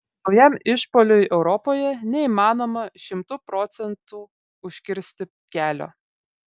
naujam išpuoliui europoje neįmanoma šimtu procentų užkirsti kelio